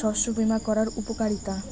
শস্য বিমা করার উপকারীতা?